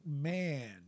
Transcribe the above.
Man